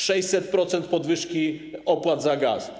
600-procentowe podwyżki opłat za gaz.